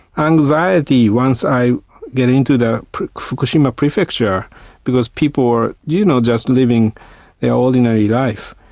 anxiety once i get into the fukushima prefecture because people are, you know, just living their ordinary life.